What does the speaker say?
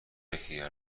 یکدیگر